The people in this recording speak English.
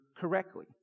correctly